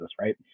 Right